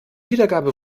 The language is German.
wiedergabe